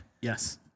Yes